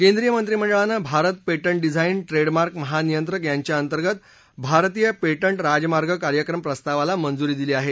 केंद्रीय मंत्रिमंडळानं Bharat patent design trademark महानियंत्रक यांच्या अंतर्गत भारतीय पेटंट राजमार्ग कार्यक्रम प्रस्तावाला मंजुरी दिली आहे